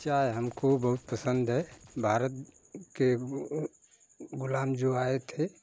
चाय हमको बहुत पसंद है भारत के गुलाम जो आए थे